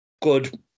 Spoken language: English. good